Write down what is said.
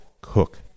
Cook